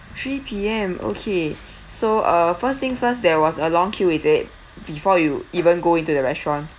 three P_M okay so uh first things first there was a long queue is it before you even go into the restaurant